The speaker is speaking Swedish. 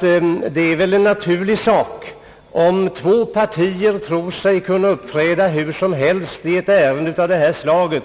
Ty det är väl naturligt att det, om två partier tror sig kunna uppträda hur som helst i ett ärende av detta slag,